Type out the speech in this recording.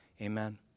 amen